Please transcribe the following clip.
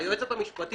היועצת המשפטית